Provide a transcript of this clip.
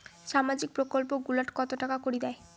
সামাজিক প্রকল্প গুলাট কত টাকা করি দেয়?